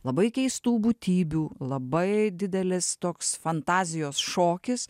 labai keistų būtybių labai didelis toks fantazijos šokis